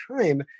time